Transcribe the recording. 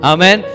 Amen